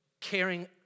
caring